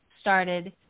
started